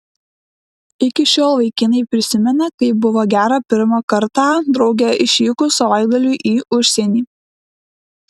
iki šiol vaikinai prisimena kaip buvo gera pirmą kartą drauge išvykus savaitgaliui į užsienį